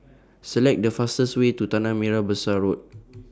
Select The fastest Way to Tanah Merah Besar Road